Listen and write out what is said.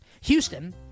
Houston